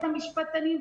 את המשפטנים.